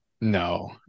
No